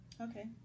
Okay